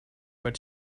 but